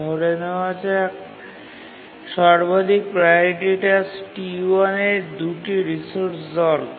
ধরে নেওয়া যাক সর্বাধিক প্রাওরিটি টাস্ক T1 এর ২ টি রিসোর্স দরকার